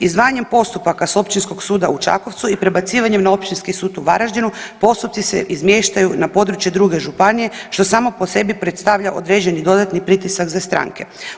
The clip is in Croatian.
Izdvajanjem postupaka s Općinskog suda u Čakovcu i prebacivanjem na Općinski sud u Varaždinu postupci se izmještaju na područje druge županije što samo po sebi predstavlja određeni dodatni pritisak za stranke.